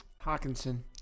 Hawkinson